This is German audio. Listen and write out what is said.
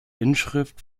inschrift